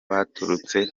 baturutse